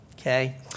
okay